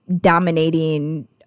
dominating